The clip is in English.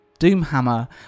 Doomhammer